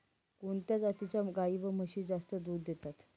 कोणत्या जातीच्या गाई व म्हशी जास्त दूध देतात?